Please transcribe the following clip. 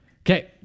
Okay